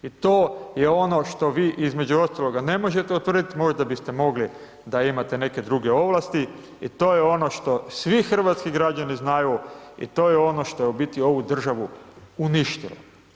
I to je ono što vi između ostaloga ne možete utvrditi, možda biste mogli da imate neke druge ovlasti i to je ono što svi hrvatski građani znaju i to je ono što je u biti ovu državu uništilo.